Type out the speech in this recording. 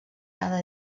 cada